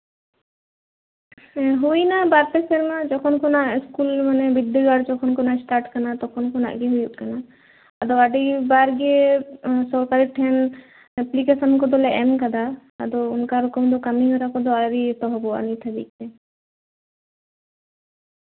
ᱦᱩᱭ ᱱᱟ ᱵᱟᱨᱯᱮ ᱥᱮᱨᱢᱟ ᱡᱚᱠᱷᱚᱱ ᱠᱷᱚᱱᱟᱜ ᱤᱥᱠᱩᱞ ᱵᱤᱫᱽᱫᱟᱹᱜᱟᱲ ᱮᱥᱴᱟᱴ ᱠᱟᱱᱟ ᱛᱚᱠᱷᱚᱱ ᱠᱷᱚᱱᱟᱜ ᱜᱮ ᱦᱩᱭᱩᱜ ᱠᱟᱱᱟ ᱟᱹᱰᱤ ᱵᱟᱨᱜᱮ ᱥᱚᱨᱠᱟᱨ ᱴᱷᱮᱱ ᱮᱯᱞᱤᱠᱮᱥᱚᱱ ᱠᱚᱫᱚᱞᱮ ᱮᱢ ᱠᱟᱫᱟ ᱚᱱᱠᱟ ᱨᱚᱠᱚᱢ ᱫᱚ ᱠᱟᱹᱢᱤ ᱦᱚᱨᱟ ᱫᱚ ᱟᱹᱣᱨᱤ ᱮᱦᱚᱵᱚᱜᱼᱟ ᱱᱤᱛ ᱦᱟᱹᱵᱤᱡᱛᱮ